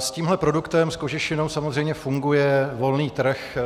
S tímhle produktem, s kožešinou, samozřejmě funguje volný trh,